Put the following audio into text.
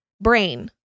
brain